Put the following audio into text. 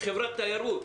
חברת תיירות?